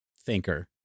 thinker